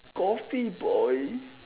Coffee boy